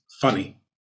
funny